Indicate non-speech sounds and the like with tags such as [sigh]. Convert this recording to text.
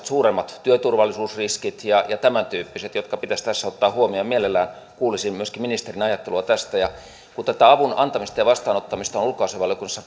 [unintelligible] suuremmat työturvallisuusriskit ja ja tämäntyyppiset jotka pitäisi tässä ottaa huomioon mielellään kuulisin myöskin ministerin ajattelua tästä kun tätä avun antamista ja vastaanottamista on ulkoasiainvaliokunnassa